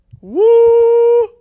Woo